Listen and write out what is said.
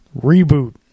reboot